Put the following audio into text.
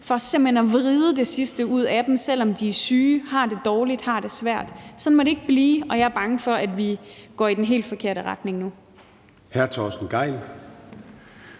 for simpelt hen at vride det sidste ud af dem, selv om de er syge, har det dårligt, har det svært. Sådan må det ikke blive, og jeg er bange for, at vi går i den helt forkerte retning nu.